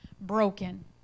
broken